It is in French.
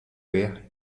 père